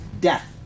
death